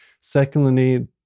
Secondly